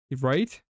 Right